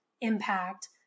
impact